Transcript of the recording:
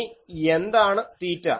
ഇനി എന്താണ് തീറ്റ